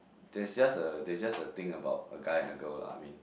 there's just a there's just a thing about a guy and a girl lah I mean